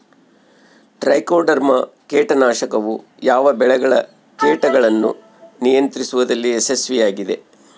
Trichoderma ಕೇಟನಾಶಕವು ಯಾವ ಬೆಳೆಗಳ ಕೇಟಗಳನ್ನು ನಿಯಂತ್ರಿಸುವಲ್ಲಿ ಯಶಸ್ವಿಯಾಗಿದೆ?